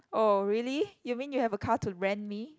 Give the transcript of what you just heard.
oh really you mean you have a car to rent me